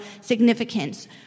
significance